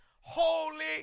holy